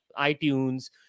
iTunes